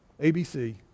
ABC